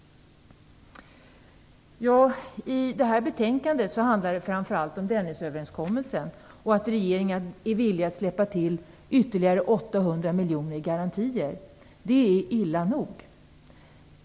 I det här betänkandet handlar det framför allt om Denniöverenskommelsen och om att regeringen är villig att släppa till ytterligare 800 miljoner i garantier. Det är illa nog.